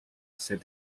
said